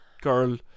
girl